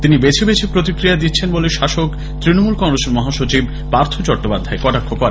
তিনি বেছে বেছে প্রতিক্রিয়া দিচ্ছেন বলে শাসক তৃণমূল কংগ্রেসের মহাসচিব পার্থ চট্টোপাধ্যায় কটাক্ষও করেন